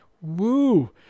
woo